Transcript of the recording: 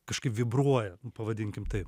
kažkaip vibruoja pavadinkim taip